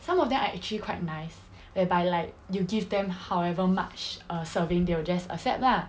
some of them are actually quite nice whereby like you give them however much uh serving they will just accept lah